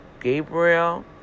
Gabriel